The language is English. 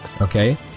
Okay